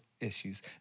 issues